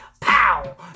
pow